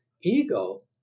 ego